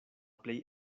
plej